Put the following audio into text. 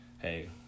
hey